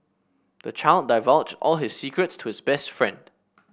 the child divulged all his secrets to his best friend